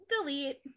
delete